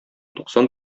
туксан